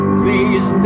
please